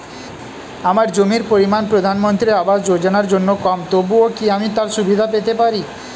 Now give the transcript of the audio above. আমার জমির পরিমাণ প্রধানমন্ত্রী আবাস যোজনার জন্য কম তবুও কি আমি তার সুবিধা পেতে পারি?